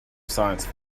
science